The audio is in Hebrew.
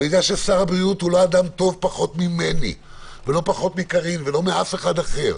אני יודע ששר הבריאות אדם טוב לא פחות ממני או מקארין או מכל אדם אחר.